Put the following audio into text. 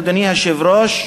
אדוני היושב-ראש,